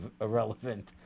Irrelevant